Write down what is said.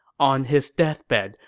on his deathbed,